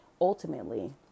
ultimately